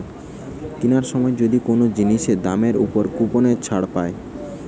কিনার সময় যদি কোন জিনিসের দামের উপর কুপনের ছাড় পায়